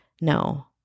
no